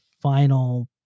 final